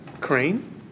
crane